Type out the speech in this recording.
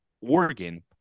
Oregon